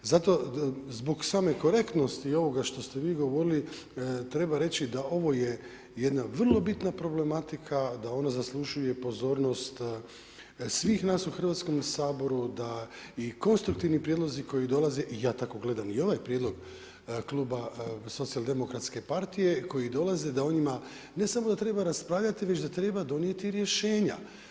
Zato zbog same korektnosti ovoga što ste vi govorili, treba reći da ovo je jedna vrlo bitna problematika, da ona zaslužuje pozornost svih nas u Hrvatskom saboru, da i konstruktivni prijedlozi koji dolaze, ja tako gledam i ovaj prijedlog kluba SDP-a, koji dolazi, da o njima ne samo da treba raspravljati, već da treba donijeti rješenja.